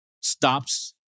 stops